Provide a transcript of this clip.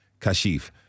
Kashif